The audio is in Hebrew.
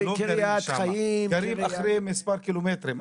קריית חיים --- גרים אחרי מספר קילומטרים,